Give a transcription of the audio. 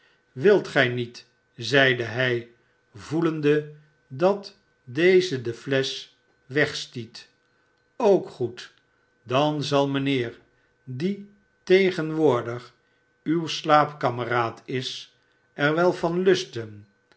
wilt gij niet zeide hij voelende dat deze de flesch wegstieu ook goed dan zal mijnheer die tegenwoordig uw slaapkameraad is er wel van lusten